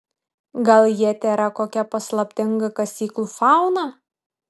gal jie tėra kokia paslaptinga kasyklų fauna